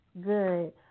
Good